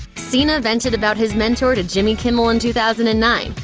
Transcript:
cena vented about his mentor to jimmy kimmel in two thousand and nine,